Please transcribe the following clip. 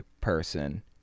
person